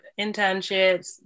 internships